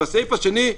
והסעיף השני,